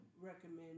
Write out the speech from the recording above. recommend